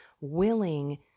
willing